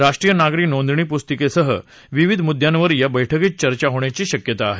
राष्ट्रीय नागरी नोंदणी पुस्तिकेसह विविध मुद्यांवर या बैठकीत चर्चा होण्याची शक्यता आहे